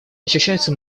ощущаются